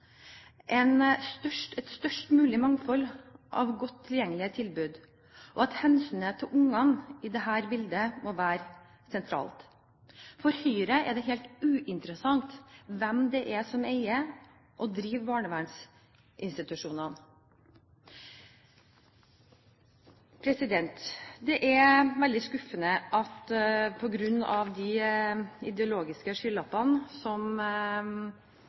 et størst mulig mangfold av godt tilgjengelige tilbud, og hensynet til barna må være sentralt i dette bildet. For Høyre er det helt uinteressant hvem det er som eier og driver barnevernsinstitusjonene. Det er veldig skuffende at på grunn av de ideologiske skylappene som